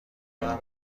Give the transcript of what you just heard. این